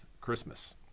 Christmas